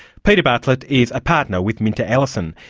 peter bartlett is a partner with minter ellison.